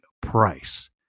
price